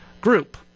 group